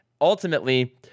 ultimately